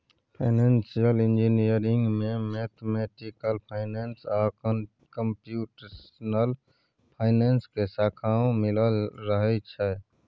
financial engineering में mathematical finance आ computational finance के शाखाओं मिलल रहइ छइ